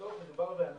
בסוף מדובר באנשים